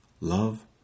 love